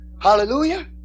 Hallelujah